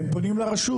הם פונים לרשות.